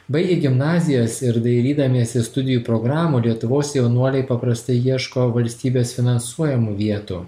baigę gimnazijas ir dairydamiesi studijų programų lietuvos jaunuoliai paprastai ieško valstybės finansuojamų vietų